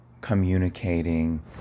communicating